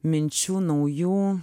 minčių naujų